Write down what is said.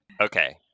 Okay